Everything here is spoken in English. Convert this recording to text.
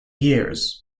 years